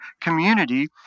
community